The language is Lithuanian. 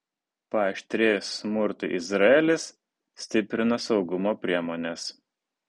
paaštrėjus smurtui izraelis stiprina saugumo priemones